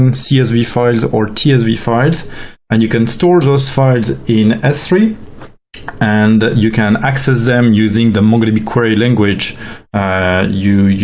um csv files, or tsv files and you can store those files in s three and you can access them using the mongodb query language you know.